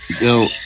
Yo